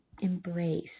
embrace